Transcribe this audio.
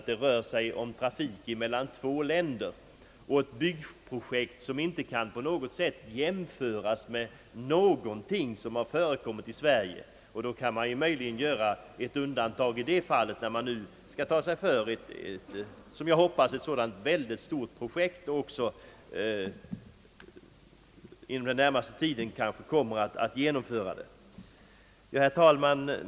Det rör sig ju här om trafik mellan två länder och om ett byggprojekt som inte på något sätt kan jämföras med vad som har förekommit i Sverige, och vi kan möjligen göra ett undantag i detta fall, när det nu gäller ett sådan stort projekt som enligt vad jag hoppas kommer att genomföras inom den närmaste tiden. Herr talman!